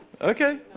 Okay